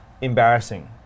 embarrassing